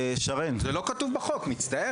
זה לא כתוב בחוק, מצטער.